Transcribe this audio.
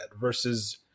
Versus